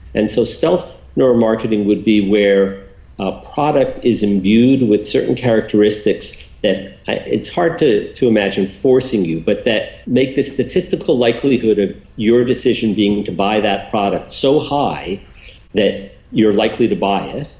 and so stealth neuromarketing would be where a product is imbued with certain characteristics that it's hard to to imagine forcing you but that make this the statistical likelihood of your decision being to buy that product so high that you're likely to buy it,